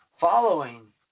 following